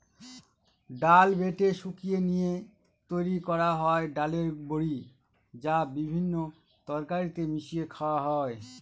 ডাল বেটে শুকিয়ে নিয়ে তৈরি করা হয় ডালের বড়ি, যা বিভিন্ন তরকারিতে মিশিয়ে খাওয়া হয়